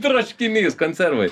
troškinys konservai